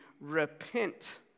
repent